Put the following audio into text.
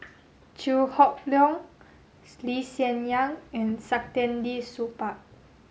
Chew Hock Leong Lee Hsien Yang and Saktiandi Supaat